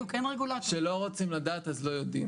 כשלא רוצים לדעת אז לא יודעים.